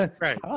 right